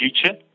future